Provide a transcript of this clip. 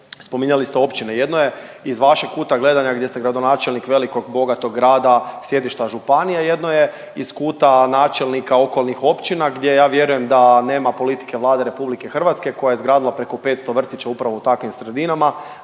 spominjali ste općine, jedno je iz vašeg kuta gledanja gdje ste gradonačelnik velikog bogatog grada sjedišta županije, jedno je iz kuta načelnika okolnih općina gdje ja vjerujem da nema politike Vlade RH koja je izgradila preko 500 vrtića upravo u takvim sredinama